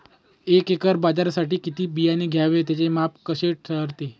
एका एकर बाजरीसाठी किती बियाणे घ्यावे? त्याचे माप कसे ठरते?